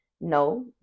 no